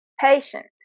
patient